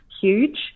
huge